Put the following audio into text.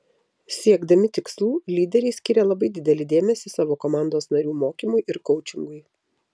siekdami tikslų lyderiai skiria labai didelį dėmesį savo komandos narių mokymui ir koučingui